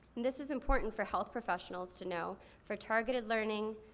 this is important for health professionals to know for targeted learning,